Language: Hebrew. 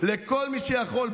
לכל מי שיכול.